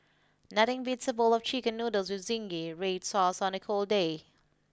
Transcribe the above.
nothing beats a bowl of chicken noodles with zingy red sauce on a cold day